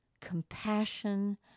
compassion